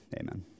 amen